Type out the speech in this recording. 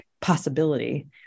possibility